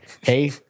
Hey